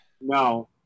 No